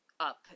up